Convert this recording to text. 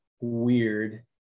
weird